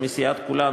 מסיעת כולנו,